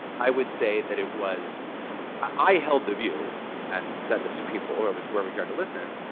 i would say that it was i held the view and said this to people, or but whoever cared to listen,